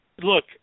look